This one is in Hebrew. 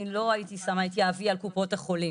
אני לא הייתי שמה את יהבי על קופות החולים,